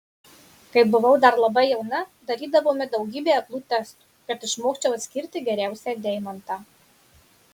kai buvau dar labai jauna darydavome daugybę aklų testų kad išmokčiau atskirti geriausią deimantą